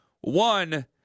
One